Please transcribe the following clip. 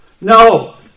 no